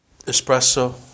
Espresso